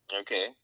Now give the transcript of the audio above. Okay